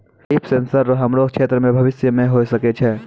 लिफ sensor रो हमरो क्षेत्र मे भविष्य मे होय सकै छै